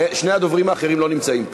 שני הדוברים האחרים לא נמצאים.